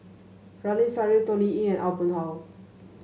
Ramli Sarip Toh Liying Aw Boon Haw